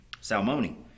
Salmoni